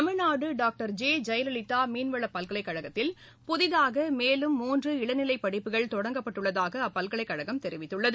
Tamil Nadu doctor J Jayalalithaa மீன்வள பல்கலைக்கழகத்தில் புதியதாக மேலும் மூன்று இளநிலை படிப்புகள் தொடங்கப்பட்டுள்ளதாக அப்பல்கலைக்கழகம் தெரிவித்துள்ளது